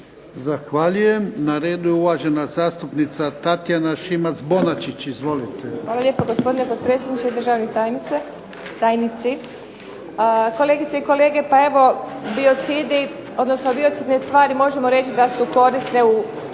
Zahvaljujem. Na redu je uvažena zastupnica Tatjana Šimac-Bonačić, izvolite. **Šimac Bonačić, Tatjana (SDP)** Hvala lijepo gospodine potpredsjedniče i državni tajnici, kolegice i kolege. Pa evo biocidi, odnosno biocidne tvari možemo reći da su korisne za